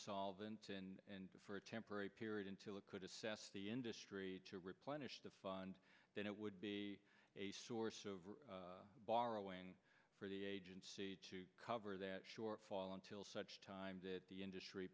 insolvent and for a temporary period until it could assess the industry to replenish the fund then it would be a source of borrowing for the agency to cover that shortfall until such time that the industry